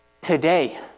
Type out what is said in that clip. today